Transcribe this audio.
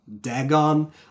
Dagon